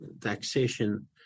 taxation